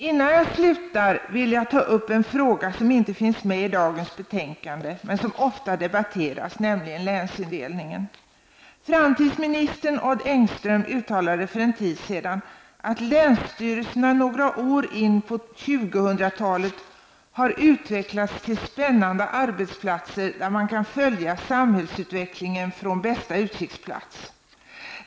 Innan jag slutar vill jag ta upp en fråga som inte finns med i dagens betänkande men som ofta debatteras, nämligen länsindelningen. Framtidsministern Odd Engström uttalade för en tid sedan att ''länsstyrelserna några år in på 2000 talet har utvecklats till spännande arbetsplatser där man kan följa samhällsutvecklingen från bästa utkiksplats.